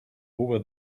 over